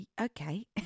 Okay